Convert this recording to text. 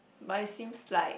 but it seems like